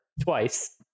twice